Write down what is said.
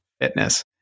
fitness